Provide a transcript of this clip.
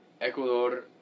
Ecuador